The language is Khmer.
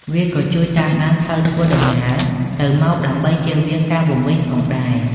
វាក៏ជួយតាមដានផ្លូវធ្វើដំណើរទៅមកដើម្បីជៀសវាងការវង្វេងផងដែរ។